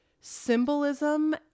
symbolism